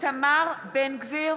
איתמר בן גביר,